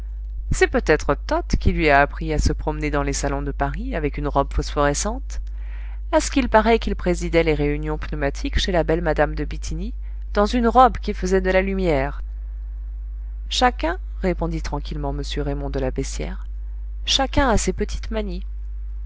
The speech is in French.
c'est peut-être toth qui lui a appris à se promener dans les salons de paris avec une robe phosphorescente a ce qu'il paraît qu'il présidait les réunions pneumatiques chez la belle mme de bithynie dans une robe qui faisait de la lumière chacun répondit tranquillement m raymond de la beyssière chacun a ses petites manies